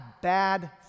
bad